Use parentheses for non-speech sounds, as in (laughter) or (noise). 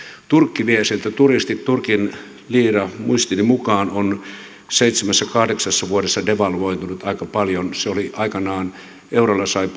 turkki vie siltä turistit turkin liira muistini mukaan on seitsemässä viiva kahdeksassa vuodessa devalvoitunut aika paljon aikanaan eurolla sai (unintelligible)